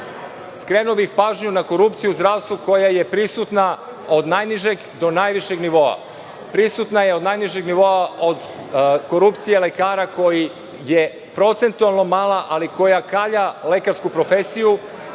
bih pažnju i na korupciju u zdravstvu, koja je prisutna od najnižeg do najvišeg nivoa. Prisutna je od najnižeg nivoa korupcije lekara koji je procentualno mala, ali koja kalja lekarsku profesiju,